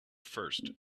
first